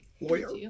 lawyer